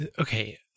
okay